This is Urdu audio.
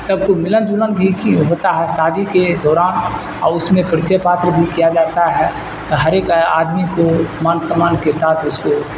سب کو ملن جلن بھی کی ہوتا ہے شادی کے دوران اور اس میں پریچے پاتر بھی کیا جاتا ہے ہر ایک آدمی کو مان سمان کے ساتھ اس کو